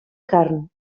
carn